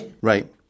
Right